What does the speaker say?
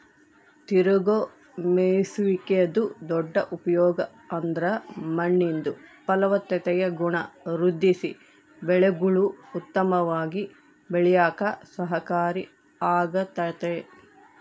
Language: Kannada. ತಿರುಗೋ ಮೇಯ್ಸುವಿಕೆದು ದೊಡ್ಡ ಉಪಯೋಗ ಅಂದ್ರ ಮಣ್ಣಿಂದು ಫಲವತ್ತತೆಯ ಗುಣ ವೃದ್ಧಿಸಿ ಬೆಳೆಗುಳು ಉತ್ತಮವಾಗಿ ಬೆಳ್ಯೇಕ ಸಹಕಾರಿ ಆಗ್ತತೆ